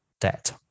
debt